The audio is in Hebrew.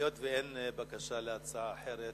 היות שאין בקשה להצעה אחרת,